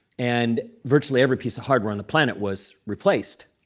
and virtually every piece of hardware on the planet was replaced.